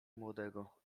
młodego